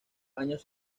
años